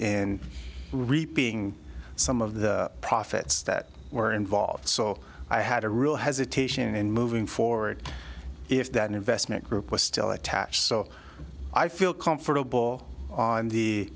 in reaping some of the profits that were involved so i had a real hesitation in moving forward if that investment group was still attached so i feel comfortable on the